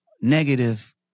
negative